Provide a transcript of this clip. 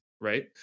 right